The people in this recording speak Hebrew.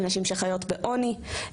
לנשים שחיות בעוני,